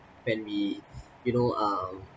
when we you know um